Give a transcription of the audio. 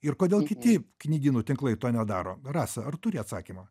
ir kodėl kiti knygynų tinklai to nedaro rasa ar turi atsakymą